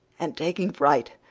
and, taking fright,